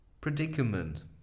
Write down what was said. predicament